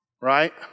right